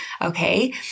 Okay